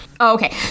okay